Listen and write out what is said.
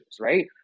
right